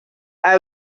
that